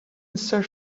search